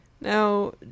now